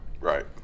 Right